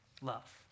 love